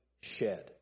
shed